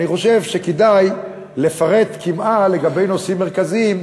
אני חושב שכדאי לפרט קמעה לגבי נושאים מרכזיים.